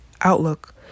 Outlook